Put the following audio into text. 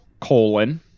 colon